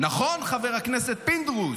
נכון חבר הכנסת פינדרוס?